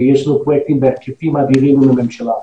יש לנו פרויקטים בהיקפים אדירים מול הממשלה.